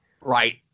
Right